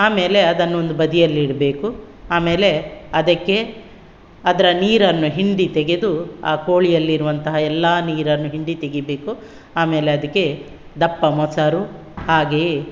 ಆಮೇಲೆ ಅದನ್ನು ಒಂದು ಬದಿಯಲ್ಲಿ ಇಡಬೇಕು ಆಮೇಲೆ ಅದಕ್ಕೆ ಅದರ ನೀರನ್ನು ಹಿಂಡಿ ತೆಗೆದು ಆ ಕೋಳಿಯಲ್ಲಿರುವಂತಹ ಎಲ್ಲ ನೀರನ್ನು ಹಿಂಡಿ ತೆಗಿಬೇಕು ಆಮೇಲೆ ಅದಕ್ಕೆ ದಪ್ಪ ಮೊಸರು ಹಾಗೆಯೇ